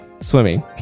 Swimming